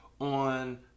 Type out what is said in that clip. on